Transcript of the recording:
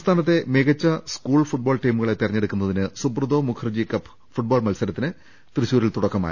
സംസ്ഥാനത്തെ മികച്ച school football ടീമുകളെ തെരഞ്ഞെടു ക്കുന്നതിന് സുബ്രതോ മുഖർജി കപ്പ് ഫുട്ബോൾ മത്സരത്തിന് തൃശൂരിൽ തുടക്കമായി